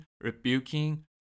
rebuking